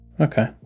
Okay